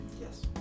Yes